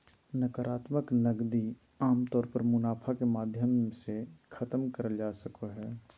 नाकरात्मक नकदी आमतौर पर मुनाफा के माध्यम से खतम करल जा सको हय